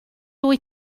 wyt